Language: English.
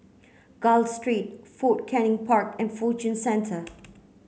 Gul Street Fort Canning Park and Fortune Centre